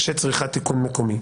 שצריכה תיקון מקומי.